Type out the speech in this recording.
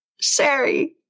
Sherry